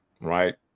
right